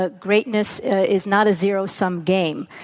ah greatness is not a zero-sum game.